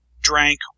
drank